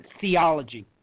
theology